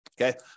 Okay